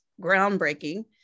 groundbreaking